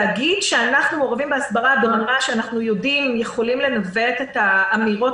להגיד שאנחנו מעורבים בהסברה ברמה שאנחנו יכולים לנווט את האמירות